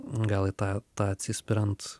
gal į tą tą atsispiriant